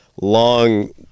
long-